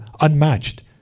unmatched